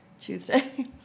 Tuesday